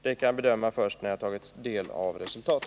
Det kan jag bedöma först när jag tagit del av detta resultat.